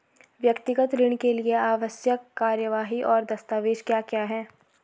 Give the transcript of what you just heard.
व्यक्तिगत ऋण के लिए आवश्यक कार्यवाही और दस्तावेज़ क्या क्या हैं?